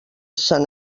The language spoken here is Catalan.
sant